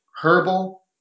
herbal